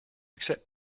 accept